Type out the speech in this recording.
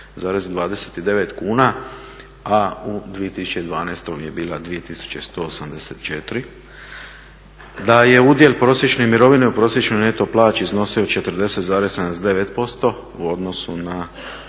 kuna a u 2012. je bila 2184, da je udjel prosječne mirovine u prosječnoj neto plaći iznosio 40,79% u odnosu na